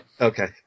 Okay